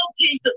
Jesus